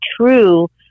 true